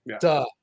Duh